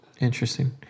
Interesting